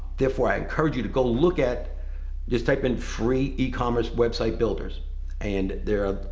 therefore, i encourage you to go look at just type in free e-commerce website builders and they're,